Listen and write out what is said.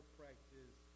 practice